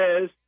says